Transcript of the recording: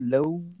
Hello